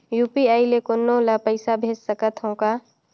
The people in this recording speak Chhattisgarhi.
यू.पी.आई ले कोनो ला पइसा भेज सकत हों का?